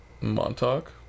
Montauk